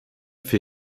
für